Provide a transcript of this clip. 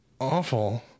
awful